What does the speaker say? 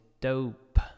Dope